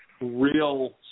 real